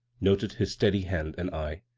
noted his steady hand and eye,